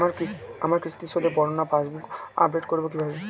আমার কিস্তি শোধে বর্ণনা পাসবুক আপডেট করব কিভাবে?